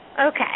okay